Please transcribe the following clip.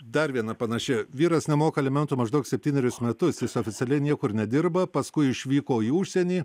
dar viena panaši vyras nemoka alimentų maždaug septynerius metus jis oficialiai niekur nedirba paskui išvyko į užsienį